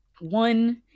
One